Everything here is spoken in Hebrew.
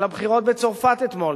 על הבחירות בצרפת אתמול,